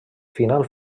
final